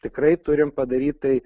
tikrai turim padaryt tai